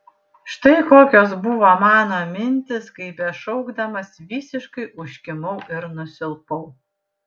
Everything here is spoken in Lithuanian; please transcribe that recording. štai kokios buvo mano mintys kai bešaukdamas visiškai užkimau ir nusilpau